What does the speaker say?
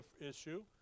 issue